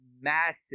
massive